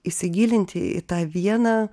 įsigilinti į tą vieną